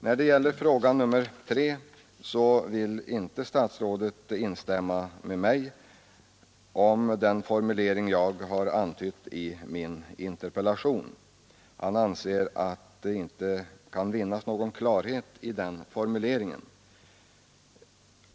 När det gäller fråga nr 3 vill inte statsrådet instämma i den formulering jag har antytt i min interpellation. Han anser att det inte kan vinnas någon klarhet genom den.